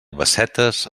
bassetes